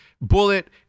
bullet